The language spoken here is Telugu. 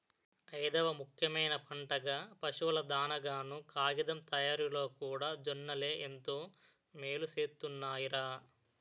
ఐదవ ముఖ్యమైన పంటగా, పశువుల దానాగాను, కాగితం తయారిలోకూడా జొన్నలే ఎంతో మేలుసేస్తున్నాయ్ రా